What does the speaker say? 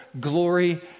glory